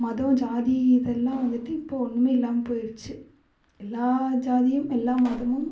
மதம் ஜாதி இதெல்லாம் வந்துவிட்டு இப்போ ஒன்றுமே இல்லாமல் போயிடுச்சு எல்லா ஜாதியும் எல்லா மதமும்